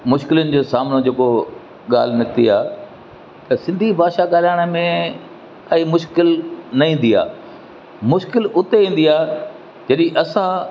मुश्किलियुनि जो सामनो जेको ॻाल्हि निकिती आहे त सिंधी भाषा ॻाल्हाइण में कई मुश्किल न ईंदी आहे मुश्किल हुते ईंदी आहे जॾहिं असां